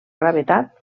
gravetat